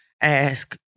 ask